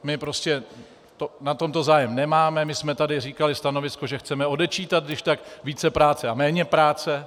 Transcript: My na tomto zájem nemáme, my jsme tu říkali stanovisko, že chceme odečítat když tak vícepráce a méněpráce.